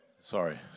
Sorry